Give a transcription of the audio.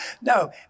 No